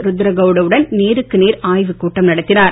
ருத்ரே கவுடுடன் நேருக்கு நேர் ஆய்வுக் கூட்டம் நடத்தினர்